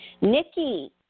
Nikki